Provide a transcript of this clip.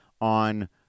on